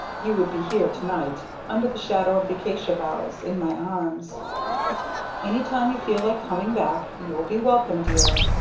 you would be here to-night, under the shadow of the acacia boughs in my arms any time you feel like coming back you will be welcome, dear.